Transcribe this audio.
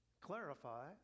clarify